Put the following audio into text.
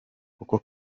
kuko